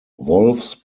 wolves